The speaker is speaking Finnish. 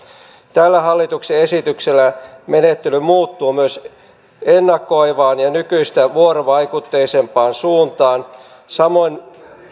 tällä hallituksen esityksellä menettely muuttuu myös ennakoivaan ja nykyistä vuorovaikutteisempaan suuntaan samoin